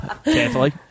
Carefully